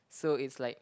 so it's like